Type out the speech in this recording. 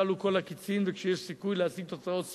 כשכלו כל הקצין וכשיש סיכוי להשיג תוצאות סבירות.